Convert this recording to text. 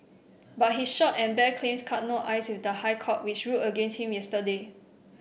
but his short and bare claims cut no ice with the High Court which ruled against him yesterday